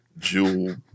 jewel